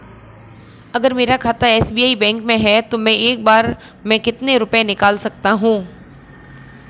अगर मेरा खाता एस.बी.आई बैंक में है तो मैं एक बार में कितने रुपए निकाल सकता हूँ?